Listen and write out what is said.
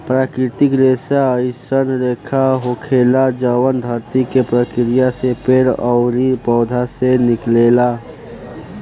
प्राकृतिक रेसा अईसन रेसा होखेला जवन धरती के प्रक्रिया से पेड़ ओरी पौधा से निकलेला